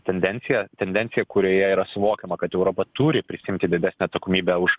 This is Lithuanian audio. tendenciją tendenciją kurioje yra suvokiama kad europa turi prisiimti didesnę atsakomybę už